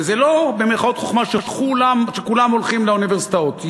וזה לא חוכמה שכולם הולכים לאוניברסיטאות,